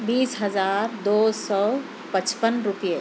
بیس ہزار دو سو پچپن روپئے